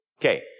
Okay